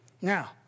Now